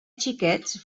xiquets